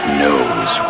knows